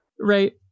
right